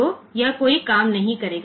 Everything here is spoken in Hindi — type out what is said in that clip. तो यह कोई काम नहीं करेगा